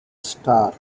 star